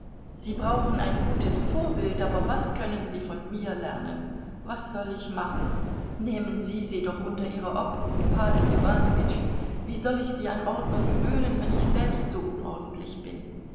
sie brauchen ein gutes vorbild aber was können sie von mir lernen was soll ich machen nehmen sie sie doch unter ihre obhut pawel iwanowitsch wie soll ich sie an ordnung gewöhnen wenn ich selbst so unordentlich bin